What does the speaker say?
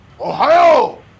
Ohio